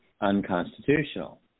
unconstitutional